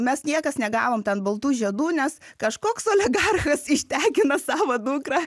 mes niekas negavom ten baltų žiedų nes kažkoks oligarchas ištekino savo dukrą